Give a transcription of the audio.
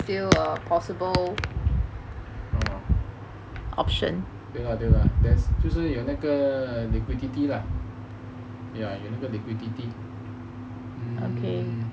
对 lah 对 lah 就是有那个 liquidity lah 有那个 liquidity